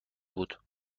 بود